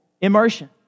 immersion